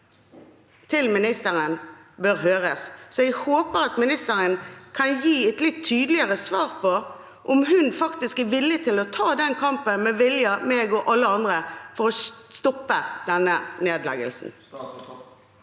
uten den stemmen, bør høres. Jeg håper derfor at ministeren kan gi et litt tydeligere svar på om hun faktisk er villig til å ta den kampen med Vilja, meg og alle andre for å stoppe denne nedleggelsen.